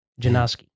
Janowski